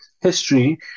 history